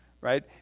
right